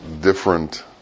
different